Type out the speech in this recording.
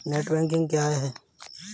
Net banking क्या है?